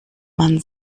man